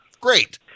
Great